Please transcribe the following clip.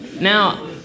now